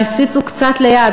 הן הפציצו קצת ליד,